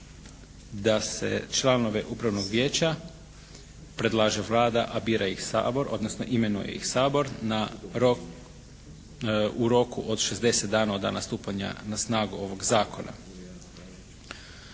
da se članove upravnog vijeća predlaže Vlada a bira ih Sabor odnosno imenuje ih Sabor na rok, u roku od 60 dana od dana stupanja na snagu ovog zakona.